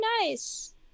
nice